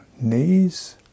knees